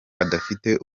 adafite